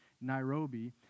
Nairobi